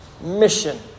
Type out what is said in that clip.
mission